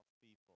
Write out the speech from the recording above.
people